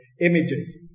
images